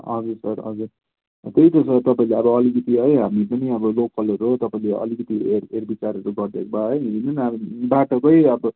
हजुर सर हजुर त्यही त सर तपाईँहरूले अब अलिकति है हामी पनि अब लोकलहरू हो तपाईँहरूले अलिकति हेर हेर विचारहरू गरिदिएको भए है हेर्नु न अब बाटोकै अब